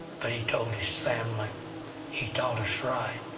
but he told his family he taught us right,